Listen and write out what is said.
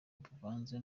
buvanze